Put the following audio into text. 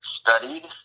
studied